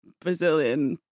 Brazilian